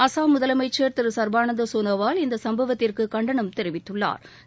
அசாம் முதலமைச்ச் திரு சா்பானந்த் சோனோவால் இந்த சம்பவத்திற்கு கண்டனம் தெரிவித்துள்ளாா்